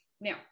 Now